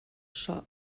shot